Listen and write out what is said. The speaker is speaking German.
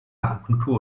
akupunktur